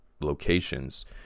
locations